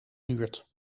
duurt